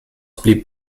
blieb